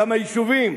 כמה יישובים.